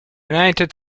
united